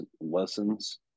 lessons